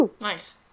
Nice